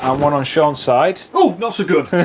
um one on shaun's side. ooo not so good.